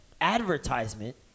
advertisement